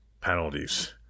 Penalties